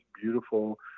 beautiful